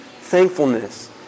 Thankfulness